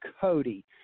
Cody